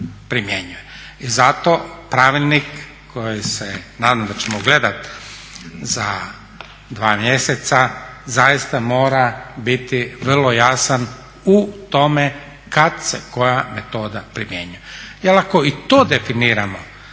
i zato pravilnik koji se nadam da ćemo gledat za dva mjeseca zaista mora biti vrlo jasan u tome kad se koja metoda primjenjuje.